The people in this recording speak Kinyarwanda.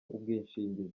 ubwishingizi